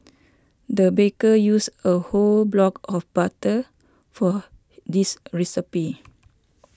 the baker used a whole block of butter for this recipe